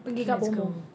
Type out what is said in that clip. okay let's go